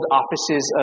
offices